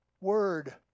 word